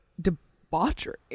debauchery